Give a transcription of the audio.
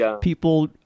people